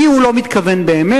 כי הוא לא מתכוון באמת,